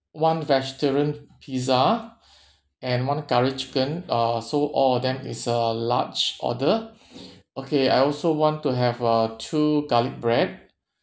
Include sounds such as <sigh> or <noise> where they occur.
one vegetarian pizza <breath> and one curry chicken uh so all of them is a large order <breath> okay I also want to have uh two garlic bread